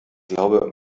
glaube